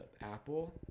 Apple